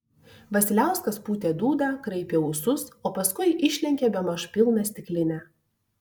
vasiliauskas pūtė dūdą kraipė ūsus o paskui išlenkė bemaž pilną stiklinę